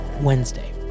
Wednesday